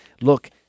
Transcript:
Look